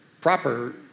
proper